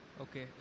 okay